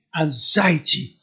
anxiety